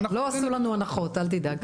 לא עשו לנו הנחות, אל תדאג.